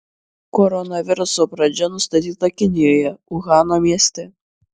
koronaviruso pradžia nustatyta kinijoje uhano mieste